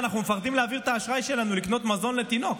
אנחנו מפחדים להעביר את האשראי שלנו כדי לקנות מזון לתינוק.